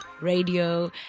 radio